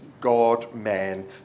God-man